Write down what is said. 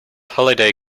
holiday